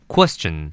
Question